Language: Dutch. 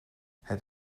het